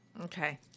Okay